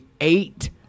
eight